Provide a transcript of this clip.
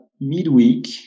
midweek